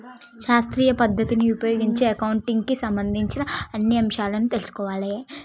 శాస్త్రీయ పద్ధతిని ఉపయోగించి అకౌంటింగ్ కి సంబంధించిన అన్ని అంశాలను తెల్సుకోవాలే